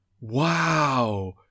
Wow